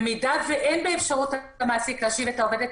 במידה שאין באפשרות המעסיק להשיב את העובדת